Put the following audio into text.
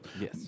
Yes